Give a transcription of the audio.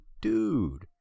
dude